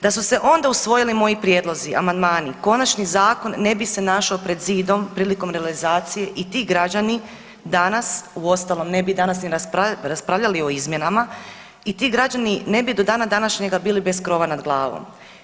Da su se onda usvojili moji prijedlozi, amandmani konačni zakon ne bi se našao pred zidom prilikom realizacije i ti građani danas, uostalom ne bi danas niti raspravljali o izmjenama i ti građani ne bi do dana današnjega bili bez krova nad glavom.